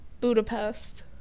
Budapest